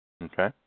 Okay